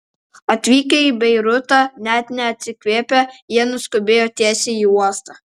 atvykę į beirutą net neatsikvėpę jie nuskubėjo tiesiai į uostą